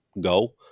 go